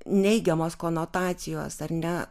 neigiamos konotacijos ar ne